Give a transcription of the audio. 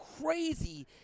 crazy